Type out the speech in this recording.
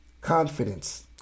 Confidence